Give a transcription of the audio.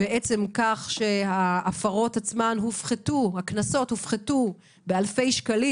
ועצם כך שהקנסות הופחתו באלפי שקלים.